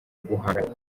guhangana